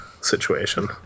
situation